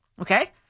Okay